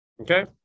Okay